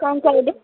କ'ଣ କହିଲେ